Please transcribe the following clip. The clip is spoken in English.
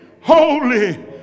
holy